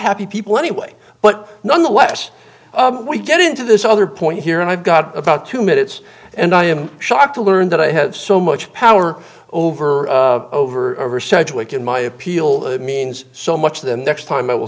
happy people anyway but nonetheless we get into this other point here and i've got about two minutes and i am shocked to learn that i have so much power over over over such a week in my appeal that it means so much the next time i will